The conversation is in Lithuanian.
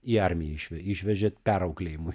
į armiją išv išvežė perauklėjimui